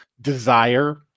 desire